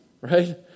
right